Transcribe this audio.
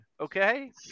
Okay